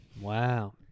wow